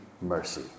mercy